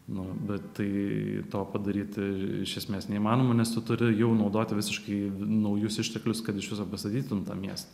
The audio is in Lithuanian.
nu bet tai to padaryti iš esmės neįmanoma nes tu turi jau naudoti visiškai naujus išteklius kad iš viso pastatytum tą miestą